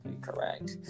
correct